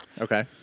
okay